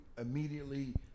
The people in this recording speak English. immediately